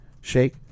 shake